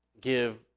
give